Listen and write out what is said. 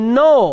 no